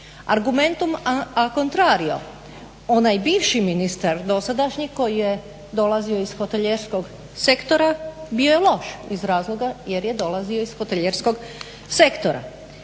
Argumentum ankorntario, onaj bivši ministar dosadašnji koji je dolazio iz hotelijerskog sektora bio je loš iz razloga jer je dolazio iz hotelijerskog sektora.